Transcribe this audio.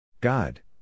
God